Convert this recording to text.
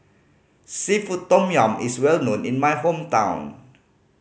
seafood tom yum is well known in my hometown